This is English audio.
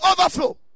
overflow